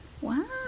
Wow